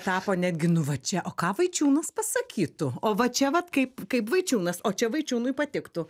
tapo netgi nu va čia o ką vaičiūnas pasakytų o va čia vat kaip kaip vaičiūnas o čia vaičiūnui patiktų